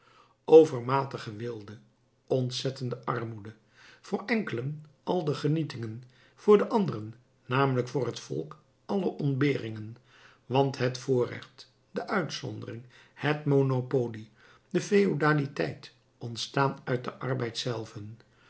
overmatige weelde ontzettende armoede voor enkelen al de genietingen voor de anderen namelijk voor het volk alle ontberingen want het voorrecht de uitzondering het monopolie de feodaliteit ontstaan uit den arbeid zelven